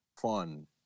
fun